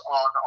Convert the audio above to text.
on